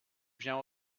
viens